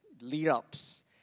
lead-ups